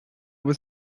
was